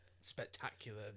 spectacular